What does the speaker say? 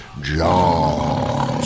John